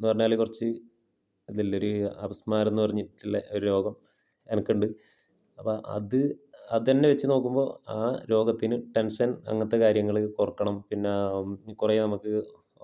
എന്ന് പറഞ്ഞാൽ കുറച്ച് അതിലുള്ളൊരു അപസ്മാരം എന്ന് പറഞ്ഞിട്ടുള്ള ഒരു രോഗം എനിക്കുണ്ട് അപ്പം അത് അത് തന്നെ വച്ച് നോക്കുമ്പോൾ ആ രോഗത്തിന് ടെന്ഷന് അങ്ങനത്തെ കാര്യങ്ങൾ ഒര്ക്കണം പിന്നെ കുറേ നമുക്ക്